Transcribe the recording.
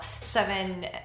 seven